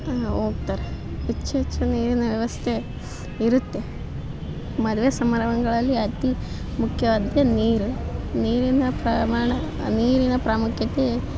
ಹೋಗ್ತಾರೆ ಹೆಚ್ಚು ಹೆಚ್ಚು ನೀರಿನ ವ್ಯವಸ್ಥೆ ಇರುತ್ತೆ ಮದುವೆ ಸಮಾರಂಭಗಳಲ್ಲಿ ಅತೀ ಮುಖ್ಯವಾದದ್ದೇ ನೀರು ನೀರಿನ ಪ್ರಮಾಣ ನೀರಿನ ಪ್ರಾಮುಖ್ಯತೆ